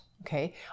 okay